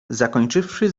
zakończywszy